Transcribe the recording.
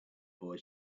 boy